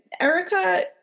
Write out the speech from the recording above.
erica